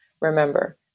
Remember